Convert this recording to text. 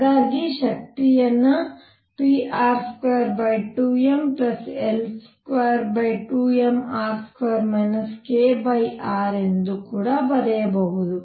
ಹಾಗಾಗಿ ಶಕ್ತಿಯನ್ನು pr22mL22mr2 krಎಂದು ಬರೆಯಬಹುದು